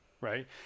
Right